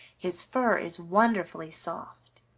his fur is wonderfully soft.